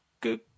good